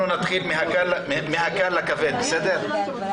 אנחנו נתחיל מהקל לכבד, בסדר?